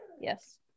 Yes